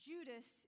Judas